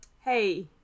hey